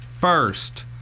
first